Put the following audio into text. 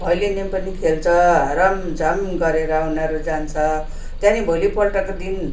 भैलेनी पनि खेल्छ रमझम गरेर उनीहरू जान्छ त्यहाँ नि भोलिपल्टको दिन